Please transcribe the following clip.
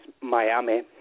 Miami